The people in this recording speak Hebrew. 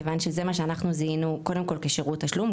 כיוון שזה מה שאנחנו זיהינו קודם כל כשירות תשלום,